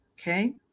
Okay